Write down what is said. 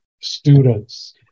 students